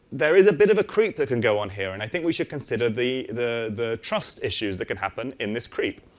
there is a bit of a creep that can go on here and i think we should consider the the trust issues that can happen in this creep.